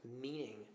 meaning